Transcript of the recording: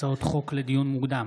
הצעות חוק לדיון מוקדם,